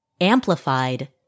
amplified